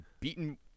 beaten